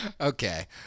Okay